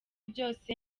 byose